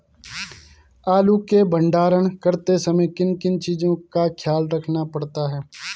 आलू के भंडारण करते समय किन किन चीज़ों का ख्याल रखना पड़ता है?